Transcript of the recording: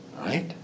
right